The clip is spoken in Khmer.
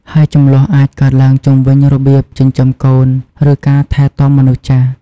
ហើយជម្លោះអាចកើតឡើងជុំវិញរបៀបចិញ្ចឹមកូន ឬការថែទាំមនុស្សចាស់។